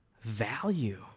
value